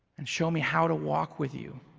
and show me how to walk with you